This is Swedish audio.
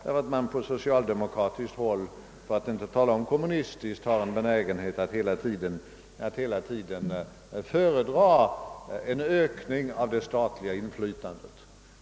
Vi vet att man på socialdemokratiskt håll — för att inte tala om hur det är på kommunistiskt håll — har en benägenhet att hela tiden föredra en ökning av det statliga inflytandet.